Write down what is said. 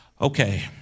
Okay